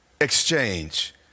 exchange